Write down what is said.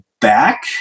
back